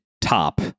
top